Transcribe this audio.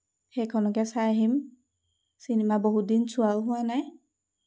সেইখনকে চাই আহিম চিনেমা বহুত দিন চোৱাও হোৱা নাই